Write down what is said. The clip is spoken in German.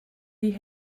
die